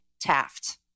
Taft